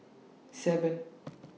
seven